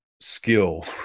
skill